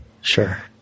Sure